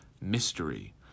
mystery